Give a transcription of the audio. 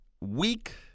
weak